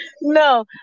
No